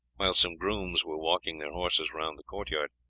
while some grooms were walking their horses round the court-yard.